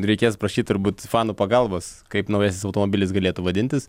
reikės prašyt turbūt fanų pagalbos kaip naujasis automobilis galėtų vadintis